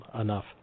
enough